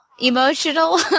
emotional